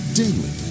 daily